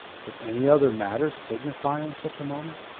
could any other matter signify in such a moment.